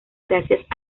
gracias